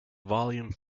volume